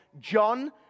John